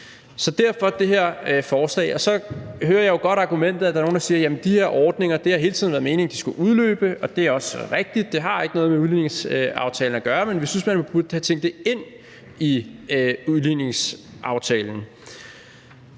vi fremsat det her forslag. Så hører jeg jo godt argumentet, hvor der er nogle, der siger, at det hele tiden har været meningen, at de her ordninger skulle udløbe, og det er også rigtigt. Det har ikke noget med udligningsaftalen at gøre, men vi synes, at man burde have tænkt det ind i udligningsaftalen.